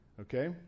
Okay